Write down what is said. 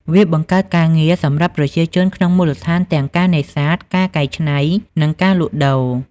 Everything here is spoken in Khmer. វាបង្កើតការងារសម្រាប់ប្រជាជនក្នុងមូលដ្ឋានទាំងការនេសាទ ការកែច្នៃ និងការលក់ដូរ។